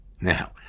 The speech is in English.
Now